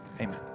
Amen